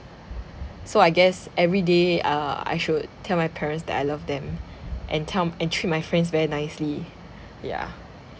so I guess every day uh I should tell my parents that I love them and tell m~ and treat my friends very nicely yeah